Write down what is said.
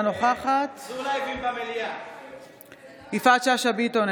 אינה נוכחת יפעת שאשא ביטון,